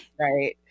Right